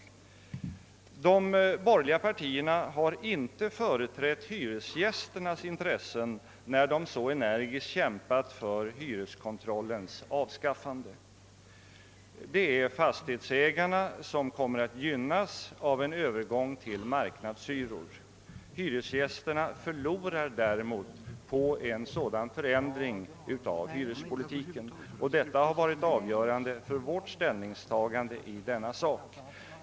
De borgerliga partierna har inte företrätt hyresgästernas intressen när de så energiskt kämpat för hyreskontrollens avskaffande. Det är fastighetsägarna som kommer att gynnas av en Övergång till marknadshyror. Hyresgästerna förlorar däremot på en sådan ändring av hyrespolitiken. Det är det som varit avgörande för vårt ställningstagande i denna fråga.